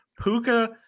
Puka